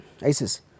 ISIS